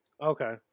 Okay